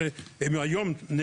והם לא קיבלו את מה שצריכים,